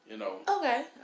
Okay